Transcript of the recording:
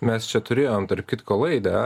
mes čia turėjom tarp kitko laidą